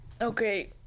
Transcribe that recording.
Okay